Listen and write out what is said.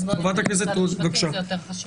אז ניתן למשרד המשפטים, זה יותר חשוב.